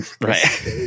right